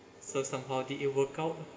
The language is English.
so somehow did it work out